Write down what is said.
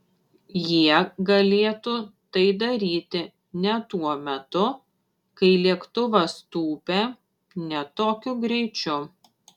jie galėtų tai daryti ne tuo metu kai lėktuvas tūpia ne tokiu greičiu